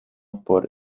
por